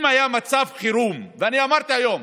אם היה מצב חירום, אמרתי היום: